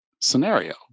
scenario